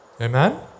Amen